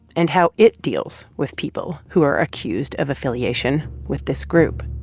and how it deals with people who are accused of affiliation with this group.